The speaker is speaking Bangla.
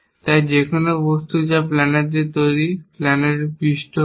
তাই যে কোনও বস্তু যা প্ল্যানার দিয়ে তৈরি প্লেনারের পৃষ্ঠ হোক